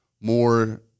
more